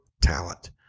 talent